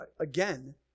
again